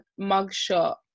mugshot